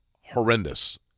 horrendous